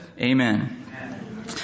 Amen